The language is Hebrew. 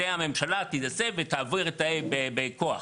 זה הממשלה תעשה ותעביר את זה בכוח.